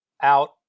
out